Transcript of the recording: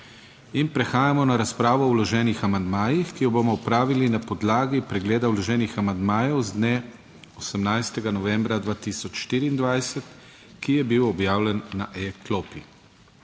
Prehajamo na razpravo o vloženih amandmajih, ki jo bomo opravili na podlagi pregleda vloženih amandmajev z dne 18. novembra 2024, ki je bil objavljen na e-klopi.